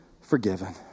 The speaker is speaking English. forgiven